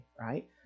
right